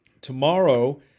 Tomorrow